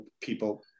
people